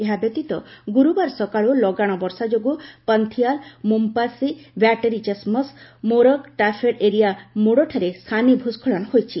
ଏହା ବ୍ୟତୀତ ଗୁରୁବାର ସକାଳୁ ଲଗାଣ ବର୍ଷା ଯୋଗୁଁ ପନ୍ଥିଆଲ ମୋମ୍ପାସି ବ୍ୟାଟେରୀ ଚସ୍ମସ୍ ମରୋଗ ଟାଫେଡ ଏରିଆ ମୋଡଠାରେ ସାନି ଭ୍ରସ୍କଳନ ହୋଇଛି